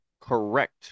correct